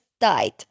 died